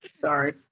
Sorry